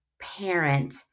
parent –